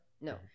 No